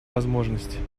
возможность